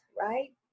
right